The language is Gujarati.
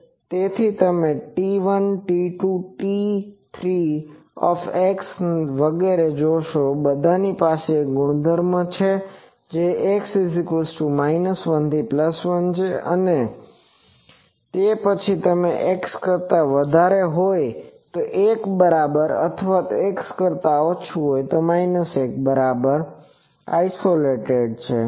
તેથી તમે T1 T2 T3 વગેરે જોશો બધાની પાસે એક ગુણધર્મ છે જે X 1 થી 1 અને અને તે પછી જ્યારે તે X કરતા વધારે હોય તો 1 ની બરાબર અથવા X કરતા ઓછું 1 ની બરાબર વચ્ચે ઓસીલેટેડ છે